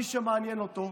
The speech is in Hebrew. מי שמעניין אותו,